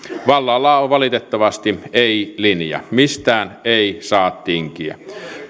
vallalla on valitettavasti ei linja mistään ei saa tinkiä